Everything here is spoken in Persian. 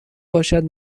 باشد